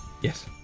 Yes